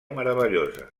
meravellosa